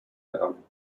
daran